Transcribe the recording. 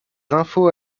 infos